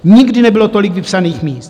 Nikdy nebylo tolik vypsaných míst.